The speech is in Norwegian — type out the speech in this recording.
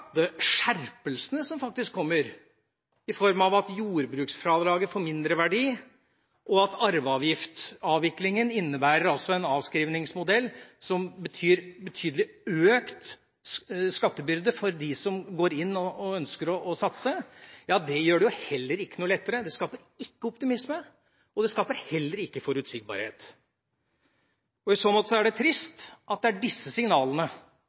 som faktisk kommer, i form av at jordbruksfradraget får mindre verdi og at arveavgiftavviklingen innebærer en avskrivningsmodell som betyr en betydelig økt skattebyrde for dem som går inn og ønsker å satse, gjør det heller ikke noe lettere. Det skaper ikke optimisme, og det skaper heller ikke forutsigbarhet. I så måte er det trist at det er disse signalene